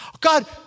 God